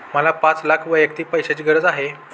मला पाच लाख वैयक्तिक पैशाची गरज आहे